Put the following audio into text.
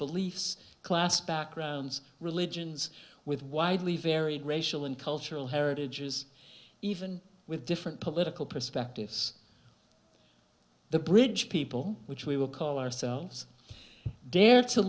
beliefs class backgrounds religions with widely varied racial and cultural heritage is even with different political perspectives the bridge people which we will call ourselves dare to